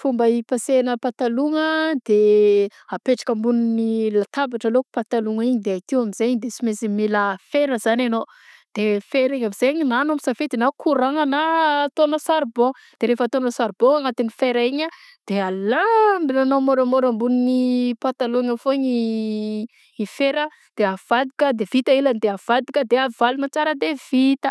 Fomba ipaseagna patalogna de apetraka ambony latabatra alô patalogna igny de akeo am'zegny de sy mainsy mila fera zany enao de fera igny amzay na enao misafidy na courant-gna na ataonao sarbô de rehefa ataonao saribô gna agnatiny fera igny a ala- mbinanao môramôra ambogniny patalogna foagna i fera de avadika de vita ilany de avadika de avalona tsara de vita.